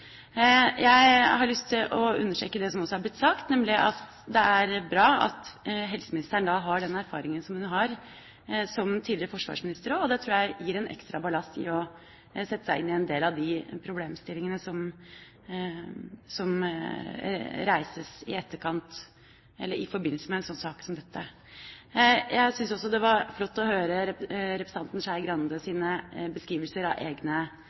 Jeg har lyst til å understreke det som også har blitt sagt om at det er bra at helseministeren har den erfaringen som hun har også som tidligere forsvarsminister, og det tror jeg gir en ekstra ballast med hensyn til å sette seg inn i en del av problemstillingene i forbindelse med en sak som denne. Jeg syns også det var flott å høre representanten Skei Grandes beskrivelser av egne